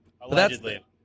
Allegedly